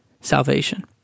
salvation